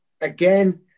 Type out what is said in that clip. again